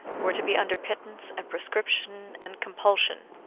were to be under pittance and prescription and compulsion,